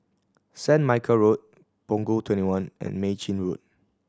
Saint Michael Road Punggol Twenty one and Mei Chin Road